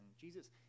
Jesus